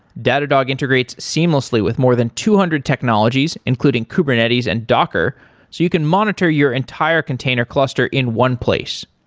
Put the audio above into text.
datadog integrates seamlessly with more than two hundred technologies, including kubernetes and docker, so you can monitor your entire container cluster in one place.